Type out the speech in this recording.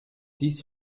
dix